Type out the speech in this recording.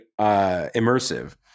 immersive